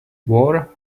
war